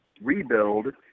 rebuild